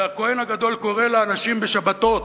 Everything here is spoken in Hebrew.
שהכוהן הגדול קורא לאנשים בשבתות,